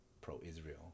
pro-Israel